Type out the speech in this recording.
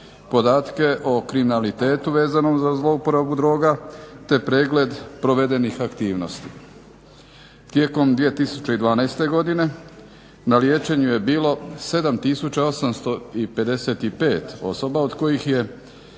podatke o kriminalitetu vezanom za zlouporabu droga te pregled provedenih aktivnosti. Tijekom 2012. godine na liječenju je bilo 7855 osoba, od kojih je